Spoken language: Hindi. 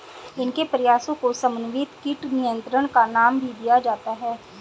इनके प्रयासों को समन्वित कीट नियंत्रण का नाम भी दिया जाता है